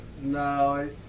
No